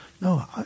No